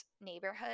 neighborhood